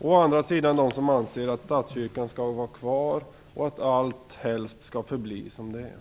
å andra sidan dem som anser att statskyrkan skall vara kvar och att allt helst skall förbli som det är.